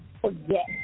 forget